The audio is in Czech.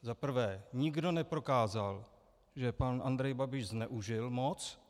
Za prvé, nikdo neprokázal, že pan Andrej Babiš zneužil moc.